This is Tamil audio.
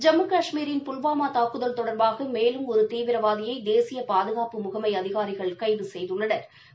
ஜம்மு கஷ்மீரின் புல்வாமா தூக்குதல் தொடர்பாக மேலும் ஒரு தீவிரவாதியை தேசிய பாதுகாப்பு முகமை அதிகாரிகள் கைது செய்துள்ளனா்